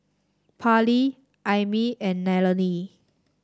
Parley Aimee and Nallely